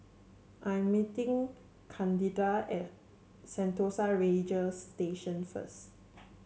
I am meeting Candida at Sentosa Ranger Station first